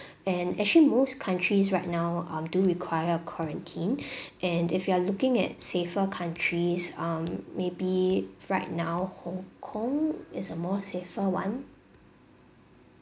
and actually most countries right now um do require a quarantine and if you are looking at safer countries um maybe right now hong kong is a more safer [one]